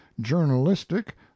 journalistic